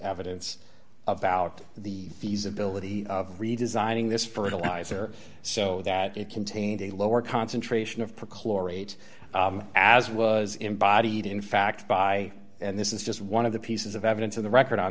evidence about the feasibility of redesigning this fertilizer so that it contained a lower concentration of perchlorate as was embodied in fact by and this is just one of the pieces of evidence in the record on